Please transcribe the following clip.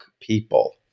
people